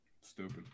Stupid